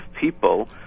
people